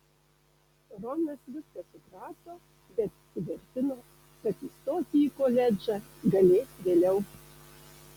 ronas viską suprato bet tvirtino kad įstoti į koledžą galės vėliau